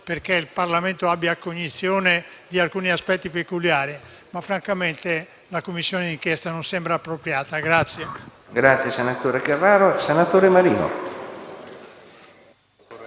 perché il Parlamento abbia cognizione di alcuni aspetti peculiari. Ma francamente una Commissione di inchiesta non mi sembra appropriata.